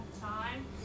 time